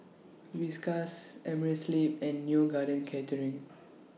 Whiskas Amerisleep and Neo Garden Catering